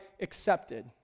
accepted